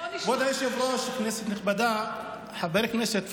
כבוד היושב-ראש, כנסת נכבדה, חבר הכנסת פורר,